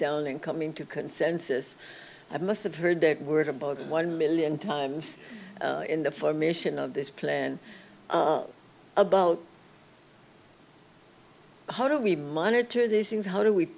down and coming to consensus i must have heard that word about one million times in the formation of this plan about how do we monitor this things how do we